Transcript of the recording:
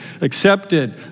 accepted